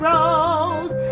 Rose